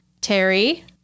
Terry